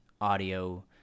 audio